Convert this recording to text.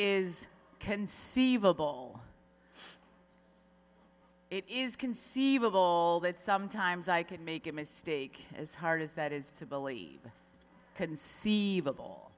is conceivable it is conceivable that sometimes i can make a mistake as hard as that is to believe conceivable